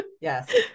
Yes